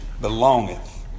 belongeth